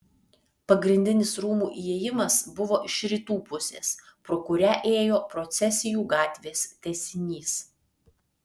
pagrindinis rūmų įėjimas buvo iš rytų pusės pro kurią ėjo procesijų gatvės tęsinys